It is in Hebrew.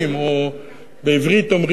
או בעברית אומרים,